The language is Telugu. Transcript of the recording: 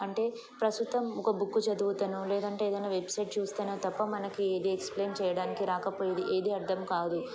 అంటే ప్రస్తుతం ఒక బుక్ చదువుతనో లేదంటే ఏదైనా వెబ్సైట్ చూస్తనో తప్ప మనకి ఏది ఎక్స్ప్లెయిన్ చేయడానికి రాకపోయది ఏది అర్థం కాదు